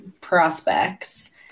prospects